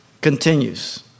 continues